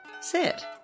Sit